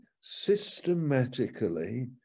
systematically